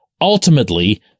Ultimately